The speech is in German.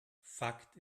fakt